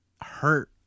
hurt